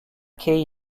kay